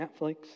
Netflix